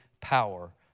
power